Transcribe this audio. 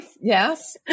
yes